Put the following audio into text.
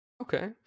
Okay